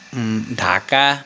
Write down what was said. Dhaka